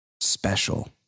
special